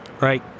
Right